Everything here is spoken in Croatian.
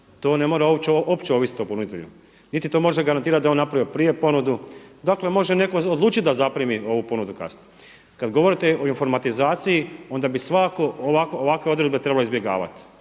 to ne mora uopće ovisiti o ponuditelju niti to može garantirati da je on napravio prije ponudu. Dakle može netko odlučiti da zaprimi ovu ponudu kasnije. Kada govorite o informatizaciji onda bi svakako ovakve odredbe trebalo izbjegavati,